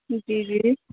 جی جی